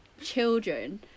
children